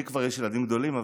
לי יש ילדים גדולים,